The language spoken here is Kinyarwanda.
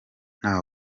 nta